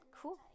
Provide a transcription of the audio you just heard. Cool